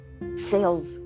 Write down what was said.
sales